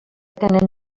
tenen